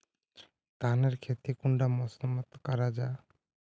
धानेर खेती कुंडा मौसम मोत करा जा?